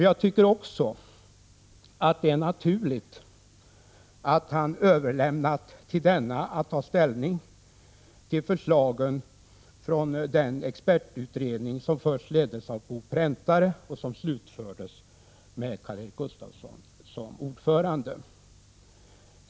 Jag tycker också att det var naturligt att han överlät åt denna att ta ställning till förslagen från den expertutredning som först leddes av Bo Präntare och som slutfördes med Karl Erik Gustafsson som ordförande.